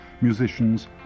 musicians